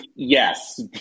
Yes